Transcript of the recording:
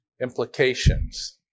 implications